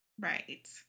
right